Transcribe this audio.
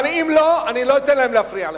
אבל אם לא, אני לא אתן להם להפריע לך.